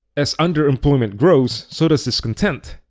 as underemployment grows, so does discontent.